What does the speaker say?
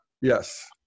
Yes